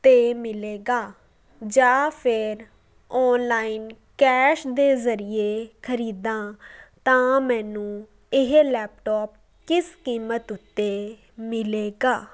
'ਤੇ ਮਿਲੇਗਾ ਜਾਂ ਫਿਰ ਔਨਲਾਈਨ ਕੈਸ਼ ਦੇ ਜ਼ਰੀਏ ਖਰੀਦਾਂ ਤਾਂ ਮੈਨੂੰ ਇਹ ਲੈਪਟੋਪ ਕਿਸ ਕੀਮਤ ਉੱਤੇ ਮਿਲੇਗਾ